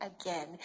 again